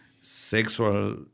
sexual